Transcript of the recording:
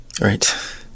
Right